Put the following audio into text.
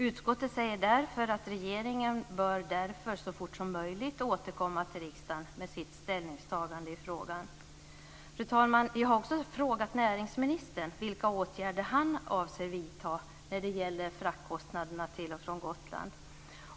Utskottet säger därför att regeringen så fort som möjligt bör återkomma till riksdagen med sitt ställningstagande i frågan. Fru talman! Jag har också frågat näringsministern vilka åtgärder han avser vidta när det gäller kostnaderna för frakter till och från Gotland.